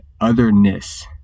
otherness